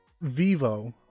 vivo